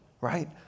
right